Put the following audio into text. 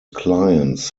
clients